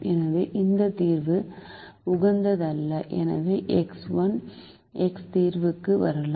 எனவே இந்த தீர்வு உகந்ததல்ல எனவே X1 x தீர்வுக்கு வரலாம்